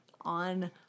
on